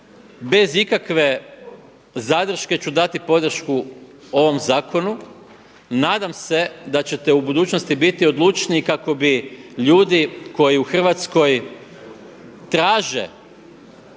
bez ikakve zadrške ću dati podršku ovom zakonu. Nadam se da ćete u budućnosti biti odlučniji kako bi ljudi koji u Hrvatskoj traže